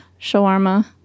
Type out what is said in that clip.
shawarma